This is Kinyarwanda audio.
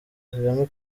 kagame